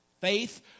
Faith